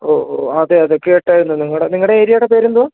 ഓ ഓ അതെ അതെ കേട്ടായിരുന്നു നിങ്ങളുടെ നിങ്ങളുടെ ഏരിയയുടെ പേരെന്തുവാണ്